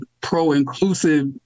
pro-inclusive